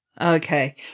Okay